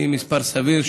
ממספר סביר,